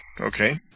Okay